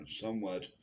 somewhat